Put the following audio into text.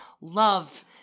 love